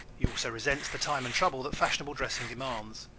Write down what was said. he also resents the time and trouble that fashionable dressing demands.